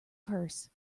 purse